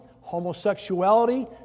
homosexuality